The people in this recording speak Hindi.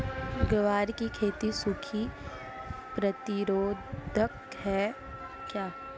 ग्वार की खेती सूखा प्रतीरोधक है क्या?